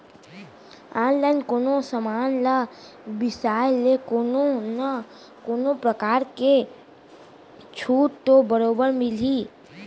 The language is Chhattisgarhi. ऑनलाइन कोनो समान ल बिसाय ले कोनो न कोनो परकार के छूट तो बरोबर मिलही